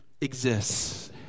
exists